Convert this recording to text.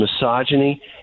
misogyny